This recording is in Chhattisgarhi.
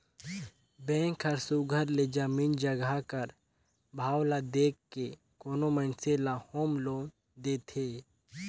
बेंक हर सुग्घर ले जमीन जगहा कर भाव ल देख के कोनो मइनसे ल होम लोन देथे